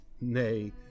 Nay